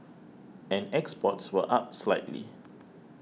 and exports were up slightly